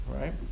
Right